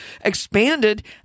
expanded